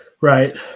Right